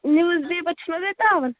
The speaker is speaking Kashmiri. نِوٕز پیپر چھو نا تُہۍ تراوان